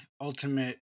ultimate